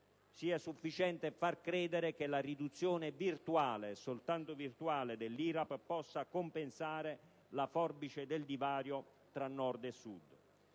sia sufficiente far credere che la riduzione virtuale, soltanto virtuale, dell'IRAP possa compensare la forbice del divario tra Nord e Sud.